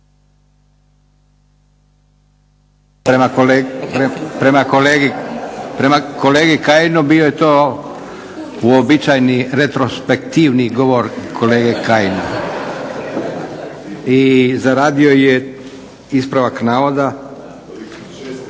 prema kolegi Kajinu. Bio je to uobičajeni retrospektivni govor kolege Kajina i zaradio je ispravak navoda.